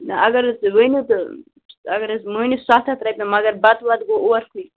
اگر حظ تُہۍ ؤنِو تہٕ اگر حظ مٲنِو ستھ ہتھ رۄپیہ مگر بَتہٕ وَتہٕ گوٚو اورکُے